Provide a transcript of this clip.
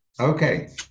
Okay